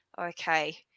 okay